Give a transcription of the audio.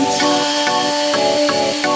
time